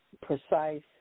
precise